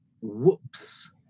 whoops